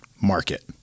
market